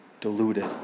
deluded